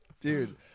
Dude